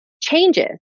changes